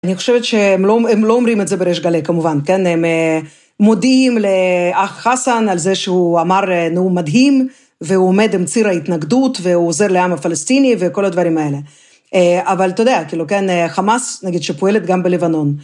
אני חושבת שהם לא אומרים את זה בריש גלי, כמובן, כן? הם מודיעים לאח חסן על זה שהוא אמר, נו, מדהים, והוא עומד עם ציר ההתנגדות והוא עוזר לעם הפלסטיני וכל הדברים האלה. אבל אתה יודע, כאילו, כן, חמאס, נגיד, שפועלת גם בלבנון.